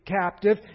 captive